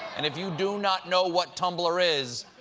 and if you do not know what tumblr is,